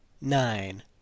Nine